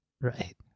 Right